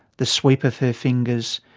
the sweep of her fingers,